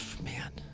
Man